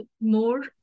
more